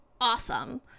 awesome